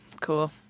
cool